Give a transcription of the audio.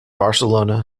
barcelona